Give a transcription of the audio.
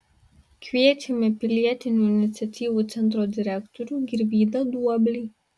kviečiame pilietinių iniciatyvų centro direktorių girvydą duoblį